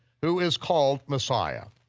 who is called messiah.